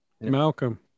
Malcolm